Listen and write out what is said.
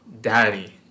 daddy